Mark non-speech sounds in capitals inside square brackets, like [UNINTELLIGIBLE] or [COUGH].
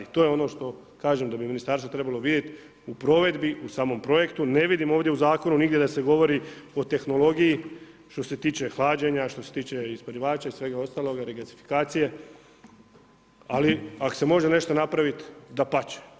To je ono što kažem da bi ministarstvo trebalo vidjeti u provedbi, u samom projektu, ne vidim ovdje u zakonu nigdje da se govori o tehnologiji što se tiče hlađenja, što se tiče isparivača i svega ostaloga, … [UNINTELLIGIBLE] ali ako se može nešto napravit, dapače.